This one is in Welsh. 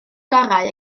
gorau